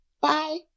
Bye